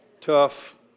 Tough